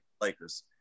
Lakers